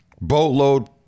Boatload